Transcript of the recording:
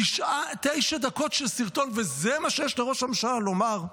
תשע דקות של סרטון וזה מה שיש לראש הממשלה לומר.